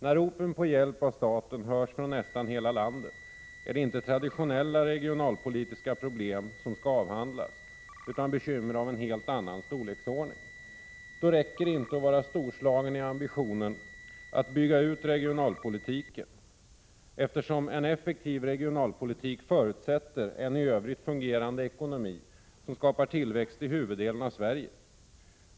När ropen på hjälp av staten hörs från nästan hela landet, är det inte traditionella regionalpolitiska problem som skall avhandlas utan bekymmer av en helt annan storleksordning. Då räcker det inte att vara storslagen i ambitionen att bygga ut regionalpolitiken, eftersom en effektiv regionalpolitik förutsätter en i övrigt fungerande ekonomi som skapar tillväxt i huvuddelen av Sverige.